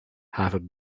had